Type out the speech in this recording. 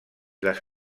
les